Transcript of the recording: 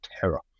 terror